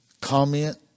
comment